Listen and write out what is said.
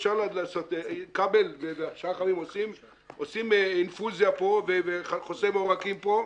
אפשר לעשות כבל ושאר החברים עושים אינפוזיה פה וחוסם עורקים פה,